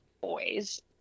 boys